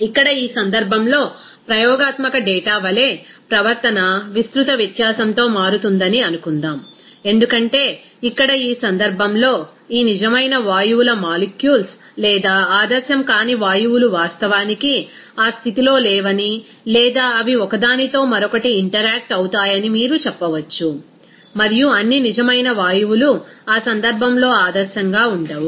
ఇక్కడ ఈ సందర్భంలో ప్రయోగాత్మక డేటా వలె ప్రవర్తన విస్తృత వ్యత్యాసంతో మారుతుందని అనుకుందాం ఎందుకంటే ఇక్కడ ఈ సందర్భంలో ఈ నిజమైన వాయువుల మాలిక్యుల్స్ లేదా ఆదర్శం కాని వాయువులు వాస్తవానికి ఆ స్థితిలో లేవని లేదా అవి ఒక దానితో మరొకటి ఇంటెర్యాక్ట్ అవుతాయని మీరు చెప్పవచ్చు మరియు అన్ని నిజమైన వాయువులు ఆ సందర్భంలో ఆదర్శంగా ఉండవు